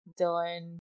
Dylan